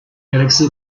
galaxie